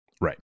right